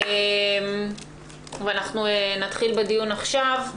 אנחנו נתחיל בדיון עכשיו.